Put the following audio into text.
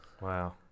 Wow